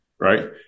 Right